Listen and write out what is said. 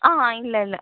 ஆ இல்லை இல்லை